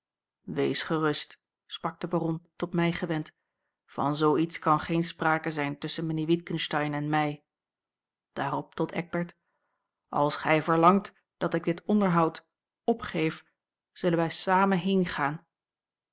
wees gerust sprak de baron tot mij gewend van zoo iets kan geen sprake zijn tusschen mijnheer witgensteyn en mij daarop tot eckbert als gij verlangt dat ik dit onderhoud opgeef zullen wij samen heengaan